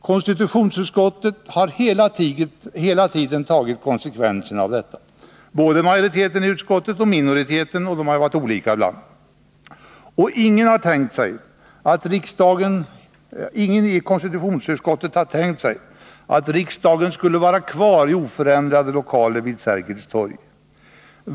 Konstitutionsutskottet har hela tiden tagit konsekvenserna av detta, både majoriteten och minoriteten — de har ju varit olika ibland — och ingen i konstitutionsutskottet har tänkt sig att riksdagen skulle vara kvar i oförändrade lokaler vid Sergels torg.